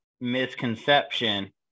misconception